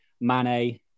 Mane